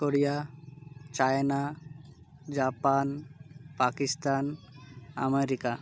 Korea China Japan Pakistan America